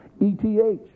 E-T-H